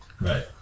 right